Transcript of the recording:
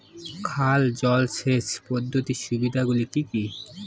খাল জলসেচ পদ্ধতির সুবিধাগুলি কি কি?